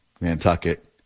Nantucket